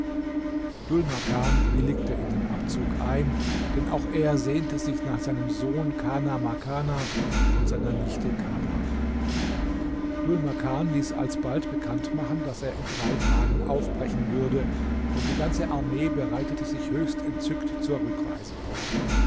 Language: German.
makan willigte in den abzug ein denn auch er sehnte sich nach seinem sohn kana ma kana und seiner nichte kadha dhul makan ließ alsbald bekannt machen daß er in drei tagen aufbrechen würde und die ganze armee bereitete sich höchst entzückt zur rückreise vor